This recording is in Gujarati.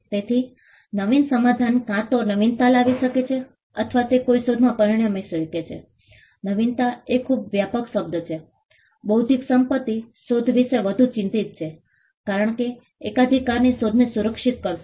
તેથી નવીન સમાધાન કાં તો નવીનતા લાવી શકે છે અથવા તે કોઈ શોધમાં પરિણમી શકે છે નવીનતા એ ખૂબ વ્યાપક શબ્દ છે બૌદ્ધિક સંપત્તિ શોધ વિશે વધુ ચિંતિત છે કારણ કે એકાધિકારની શોધને સુરક્ષિત કરશે